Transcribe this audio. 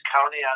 County